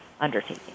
undertaking